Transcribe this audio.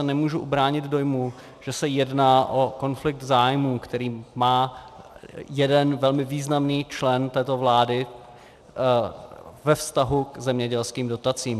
Nemůžu se ubránit dojmu, že se jedná o konflikt zájmů, který má jeden velmi významný člen této vlády ve vztahu k zemědělským dotacím.